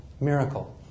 miracle